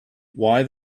why